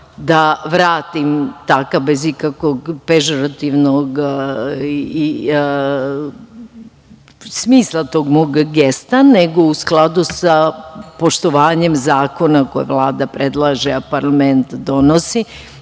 da vratim takav, bez ikakvog pežorativnog smisla tog mog gesta, nego u skladu sa poštovanjem zakona koje Vlada predlaže, a parlament donosi.